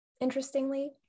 interestingly